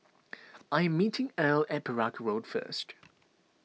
I am meeting Earle at Perak Road first